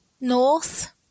North